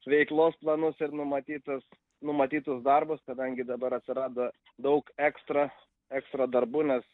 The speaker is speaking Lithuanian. veiklos planus ir numatytas numatytus darbus kadangi dabar atsirado daug ekstra ekstra darbų nes